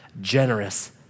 generous